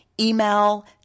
email